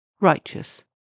righteous